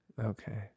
okay